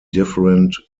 different